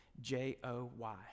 J-O-Y